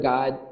God